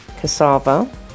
cassava